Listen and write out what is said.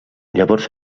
llavors